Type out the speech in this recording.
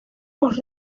los